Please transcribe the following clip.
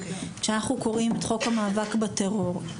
כשאנחנו קוראים את חוק המאבק בטרור,